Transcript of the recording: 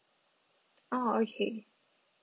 oh okay